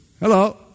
Hello